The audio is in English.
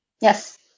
Yes